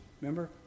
Remember